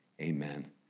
Amen